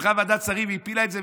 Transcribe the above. הלכה ועדת שרים והפילה את זה,